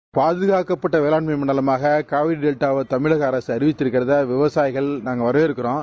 seconds பாதுகாக்கப்பட்ட வேளாண் மண்டலமாக காவிரி டெல்டாவை தமிழக அரசு அறிவித்திருக்கிறதை விவசாயிகள் நாங்கள் வரவேற்கிறோம்